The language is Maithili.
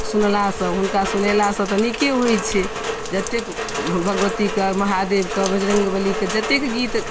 सुनलासँ हुनका सुनेलासँ तऽ नीके होइ छै जतेक भगवतीके महादेबके बजरङ्गवलीके जतेक गीत